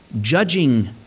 judging